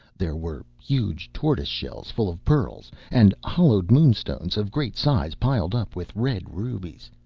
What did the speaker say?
there were huge tortoise-shells full of pearls, and hollowed moonstones of great size piled up with red rubies.